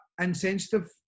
insensitive